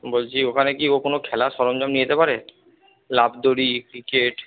বলছি ওখানে কি ও কোনো খেলার সরঞ্জাম নিয়ে যেতে পারে লাফদড়ি ক্রিকেট